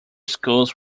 schools